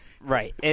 Right